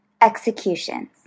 Executions